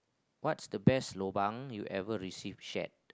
what's the best lobang you ever receive yet